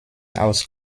aus